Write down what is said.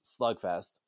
slugfest